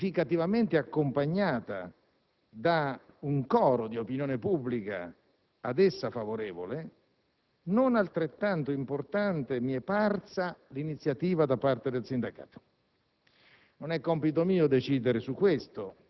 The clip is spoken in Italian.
peraltro significativamente accompagnata da un coro di opinione pubblica ad essa favorevole, non altrettanto importante mi è parsa l'iniziativa da parte del sindacato.